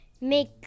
make